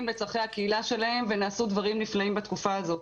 לצורכי הקהילה שלהם ונעשו דברים נפלאים בתקופה הזאת.